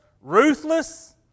ruthless